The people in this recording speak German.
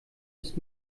ist